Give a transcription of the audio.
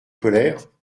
colère